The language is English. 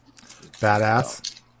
badass